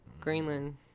Greenland